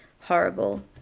horrible